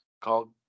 called